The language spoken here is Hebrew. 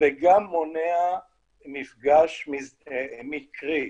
וגם מונע מפגש מקרי,